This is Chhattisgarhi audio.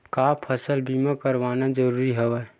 का फसल बीमा करवाना ज़रूरी हवय?